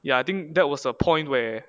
ya I think that was a point ya I